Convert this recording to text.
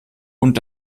und